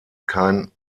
kein